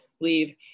leave